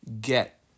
get